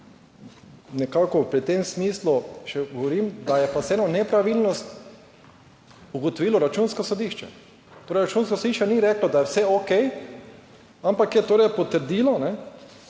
nekako v tem smislu, če govorim, da je pa v eno nepravilnost ugotovilo Računsko sodišče. Torej Računsko sodišče ni reklo, da je vse okej, ampak je torej potrdilo, da